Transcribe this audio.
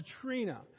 Katrina